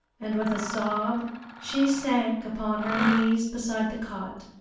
and with a sob she sank upon her knees beside the cot.